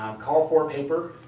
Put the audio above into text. call for paper.